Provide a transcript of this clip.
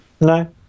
No